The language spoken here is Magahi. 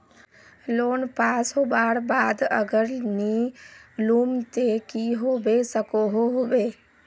लोन पास होबार बाद अगर नी लुम ते की होबे सकोहो होबे?